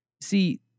See